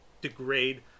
degrade